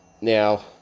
now